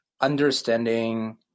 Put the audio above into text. understanding